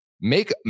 make